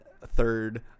third